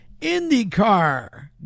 IndyCar